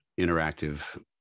interactive